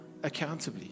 accountably